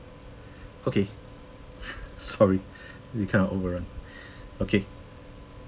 okay sorry we kind of over run okay